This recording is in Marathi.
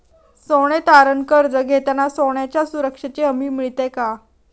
सोने तारण कर्ज घेताना सोन्याच्या सुरक्षेची हमी मिळते का?